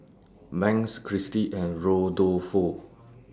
Banks Christie and Rodolfo